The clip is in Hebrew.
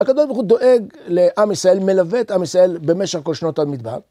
הקב"ה דואג לעם ישראל, מלווה את עם ישראל במשך כל שנות המדבר.